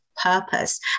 purpose